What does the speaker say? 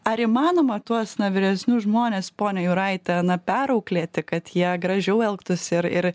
ar įmanoma tuos vyresnius žmones ponia juraite na perauklėti kad jie gražiau elgtųsi ir ir